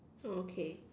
oh okay